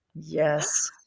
Yes